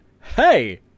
hey